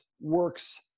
works